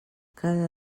cada